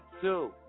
two